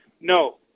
No